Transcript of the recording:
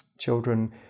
children